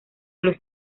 los